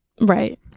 Right